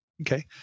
Okay